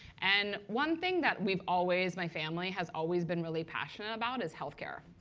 and one thing that we've always my family has always been really passionate about is health care.